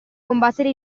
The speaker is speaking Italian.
combattere